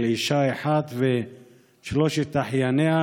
של אישה אחת ושלושת אחייניה,